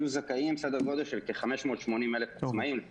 יהיו זכאים סדר גודל של כ-580 אלף עצמאים.